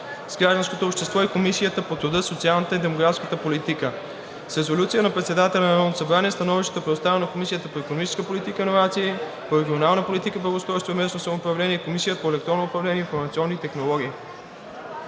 гражданското общество и Комисията по труда, социалната и демографската политика. С резолюция на председателя на Народното събрание становището е предоставено на Комисията по икономическа политика и иновации, Комисията по регионална политика, благоустройство и местно самоуправление и Комисията по електронно управление и информационни технологии.